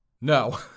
No